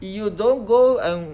you don't go and